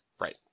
Right